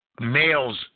males